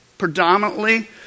Predominantly